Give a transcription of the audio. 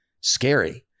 scary